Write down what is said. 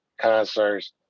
concerts